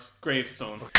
Gravestone